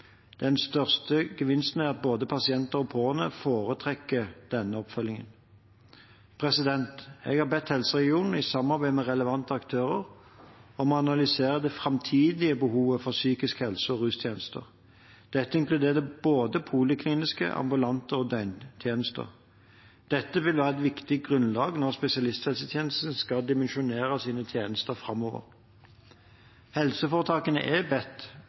Den største gevinsten er at både pasienter og pårørende foretrekker denne oppfølgingen. Jeg har bedt helseregionene, i samarbeid med relevante aktører, om å analysere det framtidige behovet for psykisk helse- og rustjenester. Dette inkluderer både polikliniske tjenester, ambulante tjenester og døgntjenester. Dette vil være et viktig grunnlag når spesialisthelsetjenesten skal dimensjonere sine tjenester framover. Helseforetakene er bedt